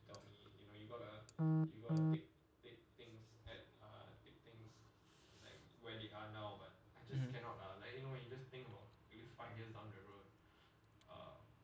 mmhmm